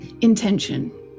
intention